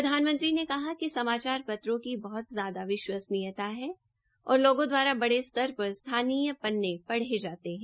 प्रधानमंत्री ने कहा कि समाचार पत्रों की बहत ज्याद विश्वसनीयता है और लोगों द्वारा बड़े स्तर पर स्थानीय पन्ने पढ़े जाते है